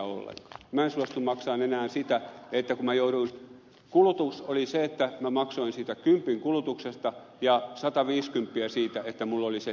minä en suostu maksamaan enää kun kulutus oli se että minä maksoin kympin siitä ja sataviisikymppiä siitä että minulla oli se sähkö